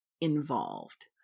involved